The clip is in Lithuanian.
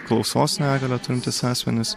klausos negalią turintys asmenys